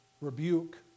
Rebuke